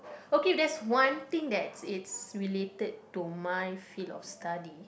okay if there's one thing that's it's related to my fill of study